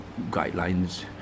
guidelines